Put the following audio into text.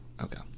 okay